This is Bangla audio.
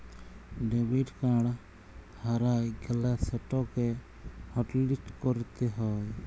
ডেবিট কাড় হারাঁয় গ্যালে সেটকে হটলিস্ট ক্যইরতে হ্যয়